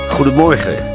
Goedemorgen